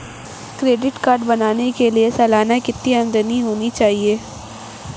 Credit card बनाने के लिए सालाना कितनी आमदनी होनी चाहिए?